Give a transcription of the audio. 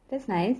that's nice